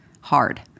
hard